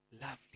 lovely